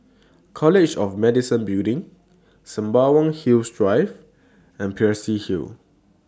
College of Medicine Building Sembawang Hills Drive and Peirce Hill